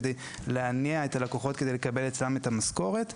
כדי להניע את הלקוחות כדי לקבל אצלם את המשכורת.